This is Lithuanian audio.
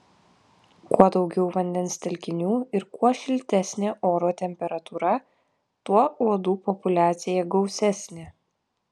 kuo daugiau vandens telkinių ir kuo šiltesnė oro temperatūra tuo uodų populiacija gausesnė